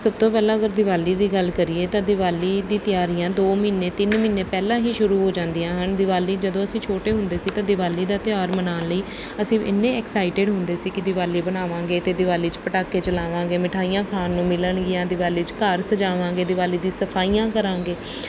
ਸਭ ਤੋਂ ਪਹਿਲਾਂ ਅਗਰ ਦਿਵਾਲੀ ਦੀ ਗੱਲ ਕਰੀਏ ਤਾਂ ਦਿਵਾਲੀ ਦੀ ਤਿਆਰੀਆਂ ਦੋ ਮਹੀਨੇ ਤਿੰਨ ਮਹੀਨੇ ਪਹਿਲਾਂ ਹੀ ਸ਼ੁਰੂ ਹੋ ਜਾਂਦੀਆਂ ਹਨ ਦਿਵਾਲੀ ਜਦੋਂ ਅਸੀਂ ਛੋਟੇ ਹੁੰਦੇ ਸੀ ਤਾਂ ਦਿਵਾਲੀ ਦਾ ਤਿਉਹਾਰ ਮਨਾਉਣ ਲਈ ਅਸੀਂ ਇੰਨੇ ਐਕਸਾਈਟਿਡ ਹੁੰਦੇ ਸੀ ਕਿ ਦਿਵਾਲੀ ਮਨਾਵਾਂਗੇ ਅਤੇ ਦਿਵਾਲੀ 'ਚ ਪਟਾਕੇ ਚਲਾਵਾਂਗੇ ਮਿਠਾਈਆਂ ਖਾਣ ਨੂੰ ਮਿਲਣਗੀਆਂ ਦੀਵਾਲੀ 'ਚ ਘਰ ਸਜਾਵਾਂਗੇ ਦਿਵਾਲੀ ਦੀ ਸਫਾਈਆਂ ਕਰਾਂਗੇ